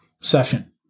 session